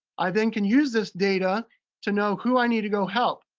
i then can use this data to know who i need to go help,